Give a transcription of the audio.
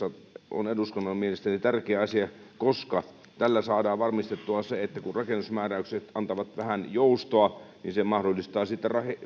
on mielestäni tärkeä asia koska tällä saadaan varmistettua se että kun rakennusmääräykset antavat vähän joustoa niin se mahdollistaa sitten